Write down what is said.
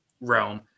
realm